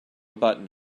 button